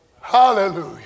Hallelujah